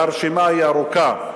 והרשימה היא ארוכה.